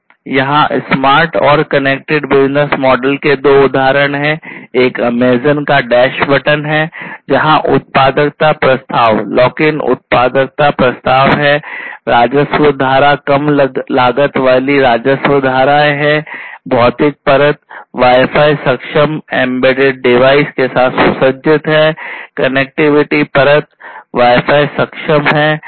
तो यहाँ स्मार्ट और कनेक्टेड बिजनेस मॉडल के दो उदाहरण हैं एक अमेज़ॅन के माध्यम से जुड़ा हुआ है